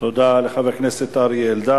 תודה לחבר הכנסת אריה אלדד.